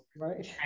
right